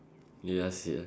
you just sit ah